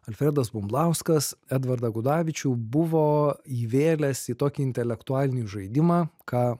alfredas bumblauskas edvardą gudavičių buvo įvėlęs į tokį intelektualinį žaidimą ką